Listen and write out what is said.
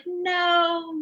no